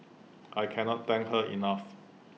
I can not thank her enough